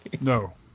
No